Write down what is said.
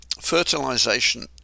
fertilization